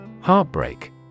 Heartbreak